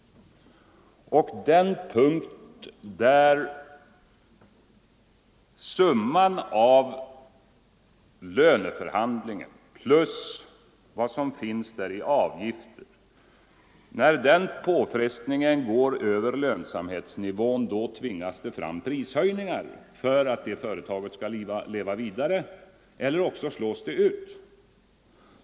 Och i den punkt där påfrestningen genom utfallet av löneförhandlingarna och vad företaget har att betala i avgifter går utöver lönsamhetsnivån, så tvingas det fram prishöjningar för att företaget skall kunna leva vidare. I annat fall slås det ut.